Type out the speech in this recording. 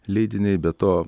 leidiniai be to